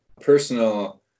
personal